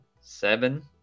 seven